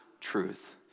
truth